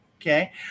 Okay